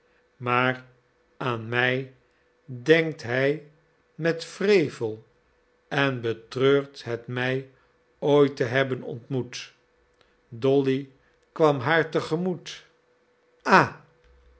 maar aan mij denkt hij met wrevel en betreurt het mij ooit te hebben ontmoet dolly kwam haar te gemoet ah